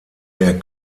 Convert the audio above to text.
der